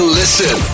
listen